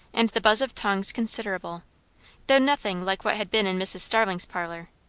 and the buzz of tongues considerable though nothing like what had been in mrs. starling's parlour.